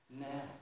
Now